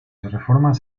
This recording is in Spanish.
reformas